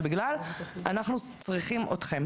אנחנו צריכים אתכם.